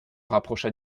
rapprocha